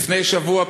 לפני שבוע,